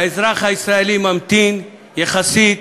האזרח הישראלי ממתין, יחסית